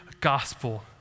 gospel